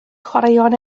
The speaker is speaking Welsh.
chwaraeon